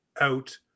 out